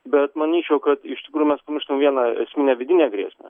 bet manyčiau kad iš tikrųjų mes pamirštam vieną esminę vidinę grėsmę